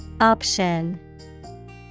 Option